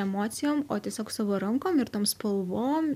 emocijom o tiesiog savo rankom ir tom spalvom